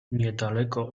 niedaleko